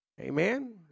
Amen